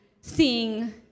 seeing